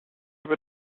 habe